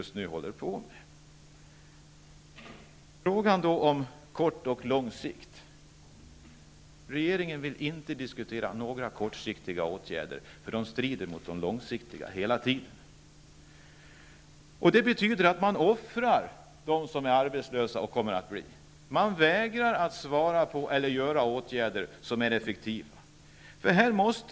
Sedan gäller det frågan om kort och lång sikt. Regeringen vill inte diskutera några kortsiktiga åtgärder, eftersom de hela tiden strider mot de långsiktiga åtgärderna. Det betyder att man offrar dem som är arbetslösa och dem som kommer att bli det. Man vägrar att vidta åtgärder som är effektiva.